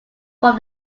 from